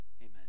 Amen